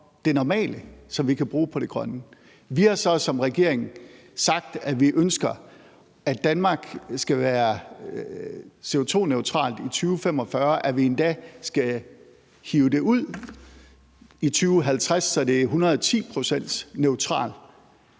det normale, og som vi kan bruge på det grønne. Vi har så som regering sagt, at vi ønsker, at Danmark skal være CO2-neutralt i 2045, og at vi endda skal strække det frem til 2050, så det er 110 pct. neutralt.